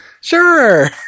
Sure